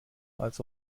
als